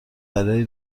برای